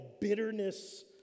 bitterness